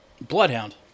Bloodhound